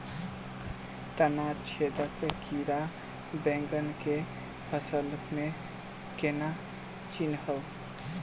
तना छेदक कीड़ा बैंगन केँ फसल म केना चिनहब?